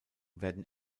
werden